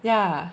yeah